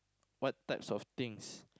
what types of things